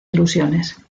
ilusiones